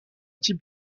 type